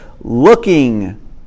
looking